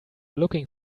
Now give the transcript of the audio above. looking